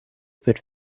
per